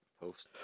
post